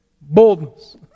boldness